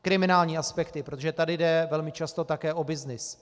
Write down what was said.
Kriminální aspekty, protože tady jde velmi často také o byznys.